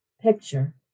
picture